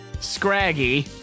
Scraggy